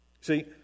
See